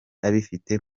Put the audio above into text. abifite